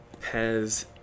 Pez